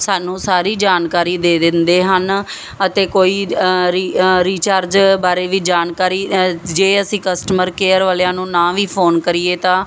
ਸਾਨੂੰ ਸਾਰੀ ਜਾਣਕਾਰੀ ਦੇ ਦਿੰਦੇ ਹਨ ਅਤੇ ਕੋਈ ਰੀ ਰੀਚਾਰਜ ਬਾਰੇ ਵੀ ਜਾਣਕਾਰੀ ਜੇ ਅਸੀਂ ਕਸਟਮਰ ਕੇਅਰ ਵਾਲਿਆਂ ਨੂੰ ਨਾ ਵੀ ਫੋਨ ਕਰੀਏ ਤਾਂ